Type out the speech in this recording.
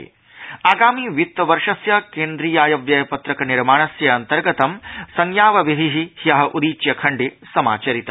संयाव समारोह आगामि वित्तीयवर्षस्य केन्द्रीयायव्यय पत्रकनिर्माणस्य अन्तर्गतं संयावविधि हयः उदीच्य खण्डे समाचारित